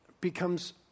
becomes